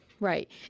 Right